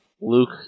Luke